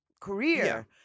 career